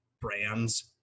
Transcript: brands